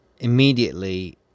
immediately